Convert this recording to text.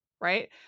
right